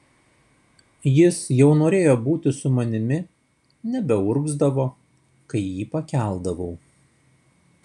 jis jau norėjo būti su manimi nebeurgzdavo kai jį pakeldavau